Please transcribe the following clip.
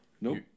Nope